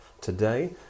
today